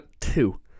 two